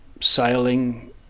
sailing